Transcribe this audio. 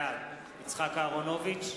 בעד יצחק אהרונוביץ,